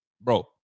Bro